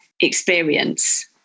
experience